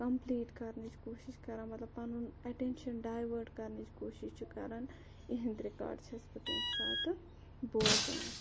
complete کَرنٕچ کوٗشِش کَران مَطلَب پَنُن ایٚٹَیٚنشَن ڈایوٲٹ کَرنٕچ کوٗشِش چھُ کَران یِہِنٛدۍ رِکاڈٕ چھَس بہٕ تمہِ ساتہٕ بوزان